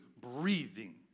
breathing